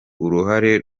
uruhare